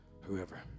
whoever